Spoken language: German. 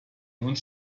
uns